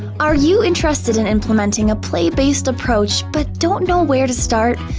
are you interested in implementing a play-based approach, but don't know where to start?